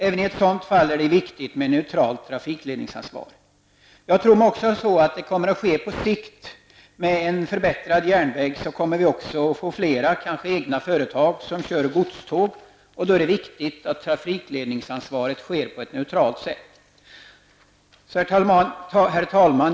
Även i ett sådant fall är det viktigt med ett neutralt trafikledningsansvar. Med en förbättrad järnväg kanske vi på sikt kommer att få flera, kanske egna, företag som kör godståg. Då är det viktigt att trafikledningsansvaret handhas på ett neutralt sätt. Herr talman!